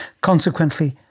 Consequently